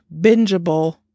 bingeable